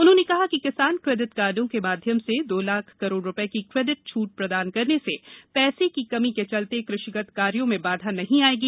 उन्होंने कहा कि किसान क्रेपिट कार्मो के माध्यम से दो लाख करोड़ रुपए की क्रेपिट छूट प्रदान करने से पैसे की कमी के चलते कृषिगत कार्यो में बाधा नहीं आएगी